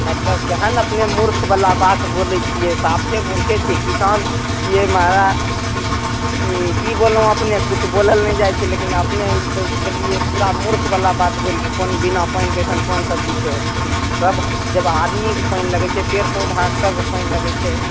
मतलब केहन अपने मुर्ख बला बात बोलै छियै साफे मूर्खे छी किसान छियै महराज कि की बोललहुॅं अपने किछु बोलल नहि जाइ छै लेकिन अपने तऽ देलियै पूरा मूर्ख बला बात बोलिके कोन बिना पानिके अइसन कोन सब्जी छै होतै सभ जब आदमी के पानि लगै छै पेड़ पौधाके सभके पानि लगै छै